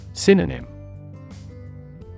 Synonym